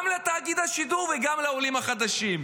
גם לתאגיד השידור וגם לעולים החדשים.